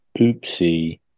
Oopsie